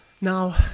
now